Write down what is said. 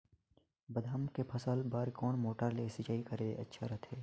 बादाम के के फसल बार कोन मोटर ले सिंचाई करे ले अच्छा रथे?